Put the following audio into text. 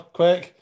quick